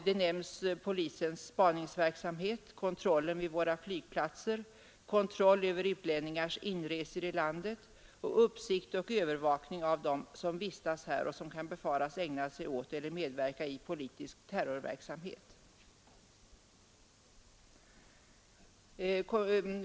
Det talas om polisens spaningsverksamhet, kontrollen vid våra flygplatser, kontroll över utlänningars inresor i landet och uppsikt över och övervakning av dem som vistas här och kan befaras ägna sig åt eller medverka i politisk terrorverksamhet.